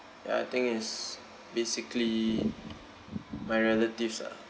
ya I think is basically my relatives ah